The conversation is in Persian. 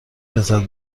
لذت